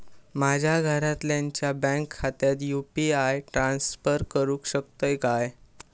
माझ्या घरातल्याच्या बँक खात्यात यू.पी.आय ट्रान्स्फर करुक शकतय काय?